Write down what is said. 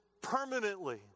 permanently